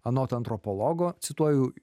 anot antropologo cituoju